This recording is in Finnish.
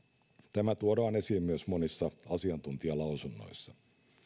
tämä tuodaan esiin myös monissa asiantuntijalausunnoissa